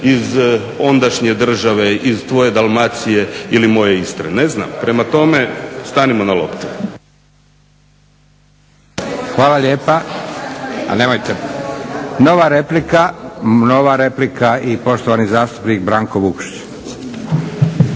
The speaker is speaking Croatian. iz ondašnje države, iz tvoje Dalmacije ili moje Istre. Ne znam, prema tome, stanimo na loptu. **Leko, Josip (SDP)** Hvala lijepa. Ali nemojte, nova replika, nova replika i poštovani zastupnik Branko Vukšić.